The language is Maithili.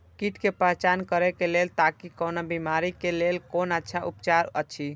कीट के पहचान करे के लेल ताकि कोन बिमारी के लेल कोन अच्छा उपचार अछि?